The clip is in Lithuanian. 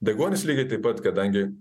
deguonis lygiai taip pat kadangi